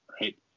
right